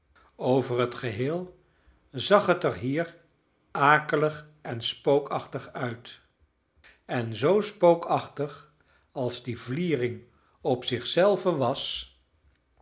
over het geheel zag het er hier akelig en spookachtig uit en zoo spookachtig als die vliering op zich zelve was